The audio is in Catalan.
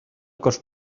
cos